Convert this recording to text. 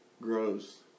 grows